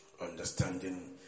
Understanding